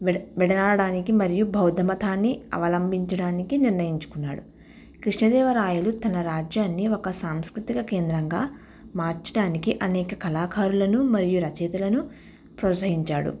విడ విడనాడడానికి మరియు బౌద్ధ మతాన్ని అవలంబించడానికి నిర్ణయించుకున్నాడు కృష్ణదేవరాయలు తన రాజ్యాన్ని ఒక సాంస్కృతిక కేంద్రంగా మార్చడానికి అనేక కళాకారులను మరియు రచయితలను ప్రోత్సహించాడు